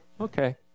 Okay